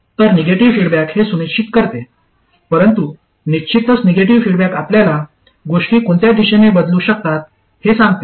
तर negative feedback हे सुनिश्चित करते परंतु निश्चितच निगेटिव्ह फीडबॅक आपल्याला गोष्टी कोणत्या दिशेने बदलू शकतात हे सांगते